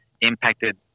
impacted